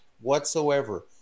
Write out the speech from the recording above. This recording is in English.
whatsoever